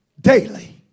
daily